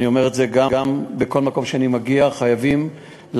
ואני אומר את זה גם בכל מקום שאני מגיע אליו: חייבים להרגיע,